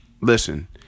listen